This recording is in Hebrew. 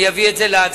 אני אביא את זה להצבעה.